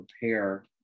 prepare